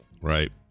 right